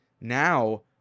now